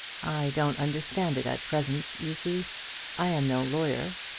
i don't understand it at present, you see i am no lawyer.